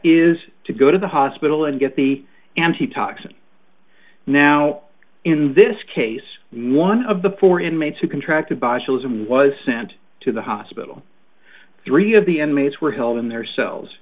is to go to the hospital and get the antitoxin now in this case one of the four inmates who contracted botulism was sent to the hospital three of the enemies were held in their